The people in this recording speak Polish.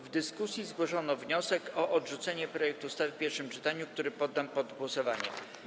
W dyskusji zgłoszono wniosek o odrzucenie projektu ustawy w pierwszym czytaniu, który poddam pod głosowanie.